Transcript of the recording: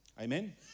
amen